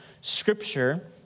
Scripture